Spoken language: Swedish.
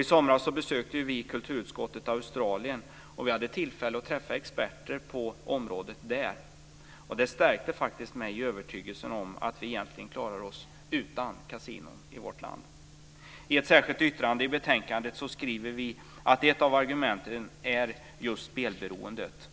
I somras besökte vi i kulturutskottet Australien och hade tillfälle att träffa experter på området där. Det stärkte mig i övertygelsen om att vi egentligen klarar oss utan kasinon i vårt land. I ett särskilt yttrande till betänkandet skriver vi att ett av argumenten är just spelberoendet.